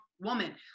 woman